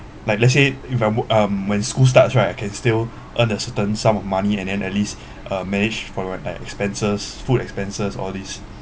like let's say if I'm wo~ um when school starts right I can still earn a certain sum of money and then at least uh managed for on like expenses food expenses all these